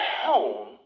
home